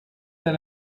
der